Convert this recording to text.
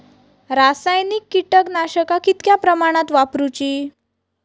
रासायनिक कीटकनाशका कितक्या प्रमाणात वापरूची?